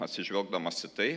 atsižvelgdamas į tai